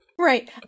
Right